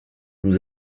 nous